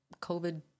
COVID